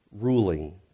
ruling